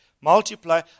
multiply